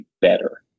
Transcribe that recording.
better